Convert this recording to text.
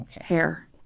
hair